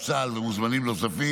צה"ל ומוזמנים נוספים,